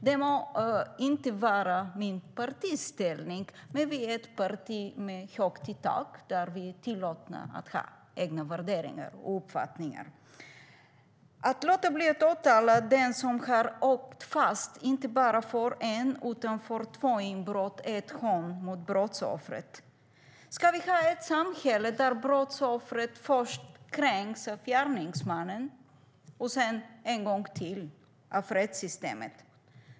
Det må inte vara mitt partis ställning, men vi är ett parti med högt i tak där vi är tillåtna att ha egna värderingar och uppfattningar. Att låta bli att åtala den som har åkt fast inte bara för ett utan för två inbrott är ett hån mot brottsoffret. Ska vi ha ett samhälle där brottsoffret först kränks av gärningsmannen och sedan en gång till av rättssystemet?